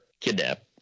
Kidnap